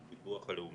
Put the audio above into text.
של הביטוח הלאומי,